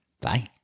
Bye